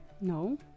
No